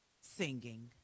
singing